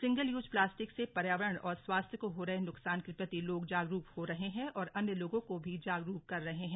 single use plastic से पर्यावरण और स्वास्थ्य को हो रहे नुकसान के प्रति लोग जागरूक हो रहे हैं और अन्य लोगों को भी जागरूक कर रहे हैं